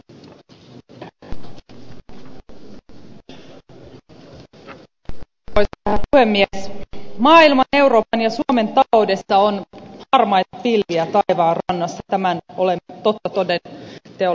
p älä pyydä hotelli hotel p p p p p p p p p p le peniä se maailman euroopan ja suomen taloudessa on harmaita pilviä taivaanrannassa tämän olemme totta todenteolla huomanneet